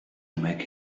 make